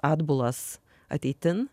atbulas ateitin